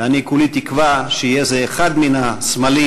ואני כולי תקווה שיהיה זה אחד מן הסמלים